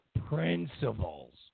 principles